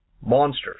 monsters